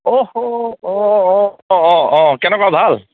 অঁ অঁ অঁ অঁ অঁ কেনেকুৱা ভাল